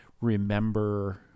remember